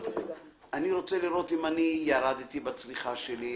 אני רוצה לראות אם ירדתי בצריכה שלי,